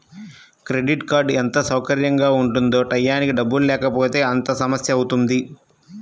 credit card ఎంత సౌకర్యంగా ఉంటుందో టైయ్యానికి డబ్బుల్లేకపోతే అంతే సమస్యవుతుంది